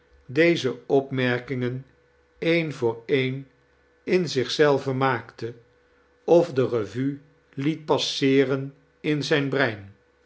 deze opmerkingen een voor een in zich zelven maakte of de revue liet passeeren in zijn brein